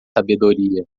sabedoria